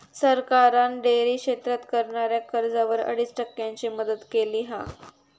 सरकारान डेअरी क्षेत्रात करणाऱ्याक कर्जावर अडीच टक्क्यांची मदत केली हा